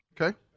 Okay